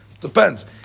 Depends